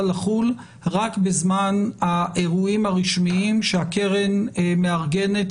לחול רק בזמן האירועים הרשמיים שהקרן מארגנת,